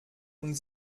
und